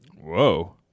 Whoa